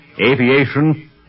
aviation